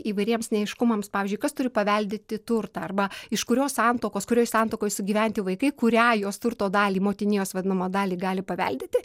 įvairiems neaiškumams pavyzdžiui kas turi paveldėti turtą arba iš kurio santuokos kurioj santuokoj sugyventi vaikai kurią jos turto dalį motinijos vadinamą dalį gali paveldėti